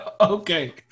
Okay